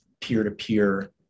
peer-to-peer